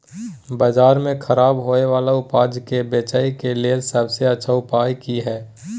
बाजार में खराब होय वाला उपज के बेचय के लेल सबसे अच्छा उपाय की हय?